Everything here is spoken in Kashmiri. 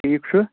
ٹھیٖک چھُ